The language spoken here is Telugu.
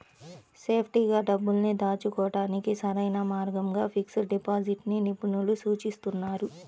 సేఫ్టీగా డబ్బుల్ని దాచుకోడానికి సరైన మార్గంగా ఫిక్స్డ్ డిపాజిట్ ని నిపుణులు సూచిస్తున్నారు